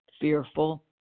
fearful